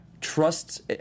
trusts